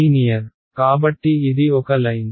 linear కాబట్టి ఇది ఒక లైన్